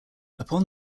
upon